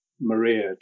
Maria